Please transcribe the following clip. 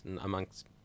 amongst